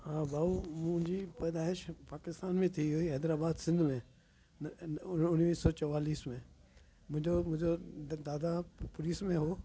हा भाऊ मुंहिंजी पैदाइश पाकिस्तान में थी हुई हैदराबाद सिंध में उणिवीह सौ चवालीस में मुंहिंजो मुंहिंजो दादा पुलिस में हुओ